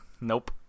Nope